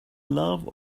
love